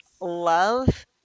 love